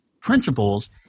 principles